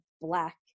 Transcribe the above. Black